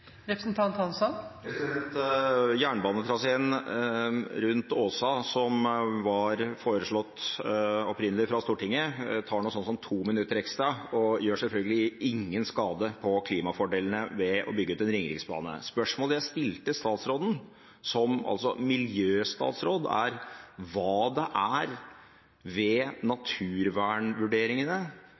Jernbanetraseen rundt Åsa, som opprinnelig var foreslått fra Stortinget, tar noe sånt som to minutter ekstra og gjør selvfølgelig ingen skade med tanke på klimafordelene ved å bygge ut Ringeriksbanen. Spørsmålet jeg stilte statsråden som altså miljøstatsråd, er: Hva er det ved naturvernvurderingene,